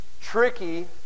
tricky